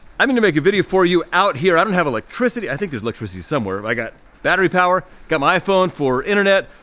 i'm gonna make a video for you out here. i don't have electricity. i think there's electricity somewhere. i got battery power, got my iphone for internet,